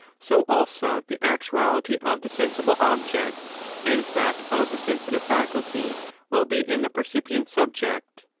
so also the actuality of the sensible object and that of the sensitive faculty will be in the percipient subject.